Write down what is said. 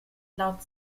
laut